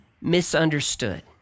misunderstood